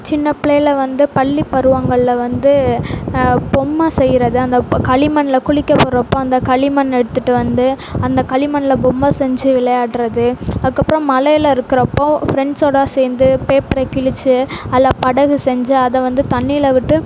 சின்ன பிள்ளையில் வந்து பள்ளிப் பருவங்களில் வந்து பொம்மை செய்யறது அந்த களிமண்ணில் குளிக்கப் போறப்போது அந்த களிமண் எடுத்துகிட்டு வந்து அந்த களிமண்ணில் பொம்மை செஞ்சு விளையாடுறது அதுக்கப்புறம் மழைல இருக்கிறப்போ ஃப்ரெண்ட்ஸோடு சேர்ந்து பேப்பரை கிழிச்சி அதில் படகு செஞ்சு அதை வந்து தண்ணியில் விட்டு